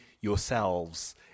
yourselves